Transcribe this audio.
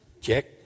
Check